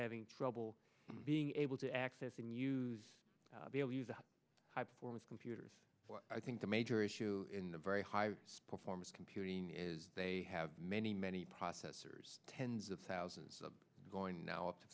having trouble being able to access and use high performance computers i think the major issue in the very high performance computing is they have many many processors tens of thousands of going now up to